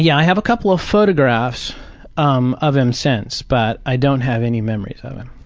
yeah i have a couple of photographs um of him since, but i don't have any memories of him.